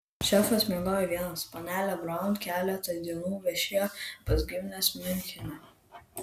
šefas miegojo vienas panelė braun keletą dienų viešėjo pas gimines miunchene